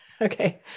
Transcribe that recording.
Okay